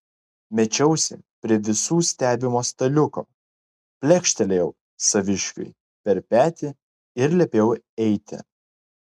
mečiausi prie visų stebimo staliuko plekštelėjau saviškiui per petį ir liepiau eiti